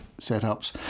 setups